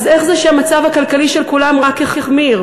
אז איך זה שהמצב הכלכלי של כולם רק החמיר,